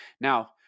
Now